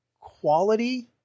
quality